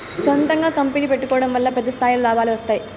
సొంతంగా కంపెనీ పెట్టుకోడం వల్ల పెద్ద స్థాయిలో లాభాలు వస్తాయి